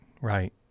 right